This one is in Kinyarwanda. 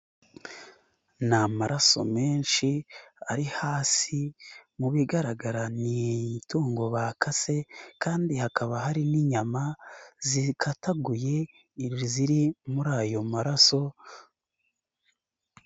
Ni amaraso menshi ari hasi, mu bigaragara ni itungo bakase kandi hakaba hari n'inyama zikataguye ziri muri ayo maraso.